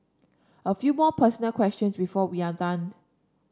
a few more personal questions before we are done